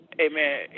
amen